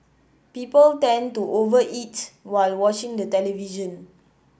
people tend to over eat while watching the television